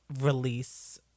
release